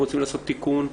אם רוצים לעשות תיקון,